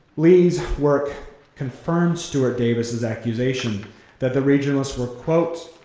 lee's work confirmed steward davis's accusation that the regionalists were quote,